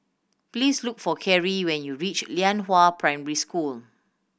please look for Kerry when you reach Lianhua Primary School